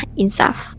insaf